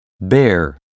bear